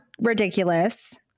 ridiculous